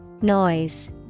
Noise